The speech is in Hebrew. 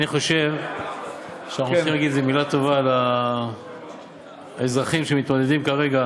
אני חושב שאנחנו צריכים לומר איזו מילה טובה לאזרחים שמתמודדים כרגע